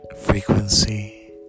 frequency